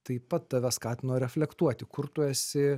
taip pat tave skatino reflektuoti kur tu esi